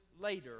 later